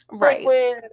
Right